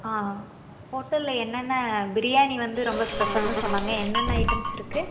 ஹோட்டலில் என்னென்ன பிரியாணி வந்து ரொம்ப ஸ்பெஷல்ன்னு சொன்னாங்க என்னென்னு ஐட்டம்ஸ் இருக்கு